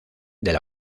del